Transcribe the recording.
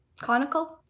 conical